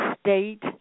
state